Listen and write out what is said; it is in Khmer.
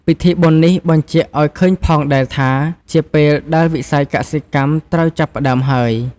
ពិធីបុណ្យនេះបញ្ជាក់ឪ្យឃើញផងដែលថាជាពេលដែលវិស័យកសិកម្មត្រូវចាប់ផ្ដើមហើយ ។